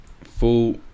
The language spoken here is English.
full